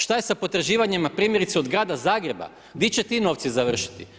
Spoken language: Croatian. Šta je sa potraživanjima primjerice od grada Zagreba, gdje će ti novci završiti?